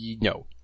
No